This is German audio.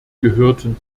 gehörten